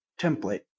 template